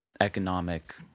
economic